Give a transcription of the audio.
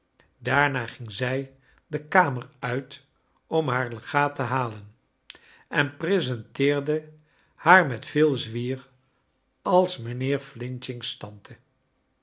daarna ging zij de kamer uit om haar legaat te halen en presenteerde haar met veel zwier als mijnheer f's tante